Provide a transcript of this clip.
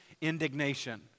indignation